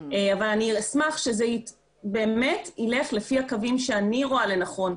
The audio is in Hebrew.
אבל אני אשמח שזה באמת יילך לפי הקווים שאני רואה לנכון.